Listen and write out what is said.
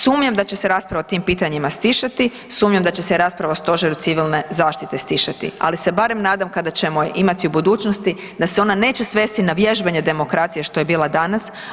Sumnjam da će se rasprava o tim pitanjima stišati, sumnjam da će se rasprava o stožeru civilne zaštite stišati, ali se barem nadam kada ćemo je imati u budućnosti da se ona neće svesti na vježbanje demokracije što je bila danas.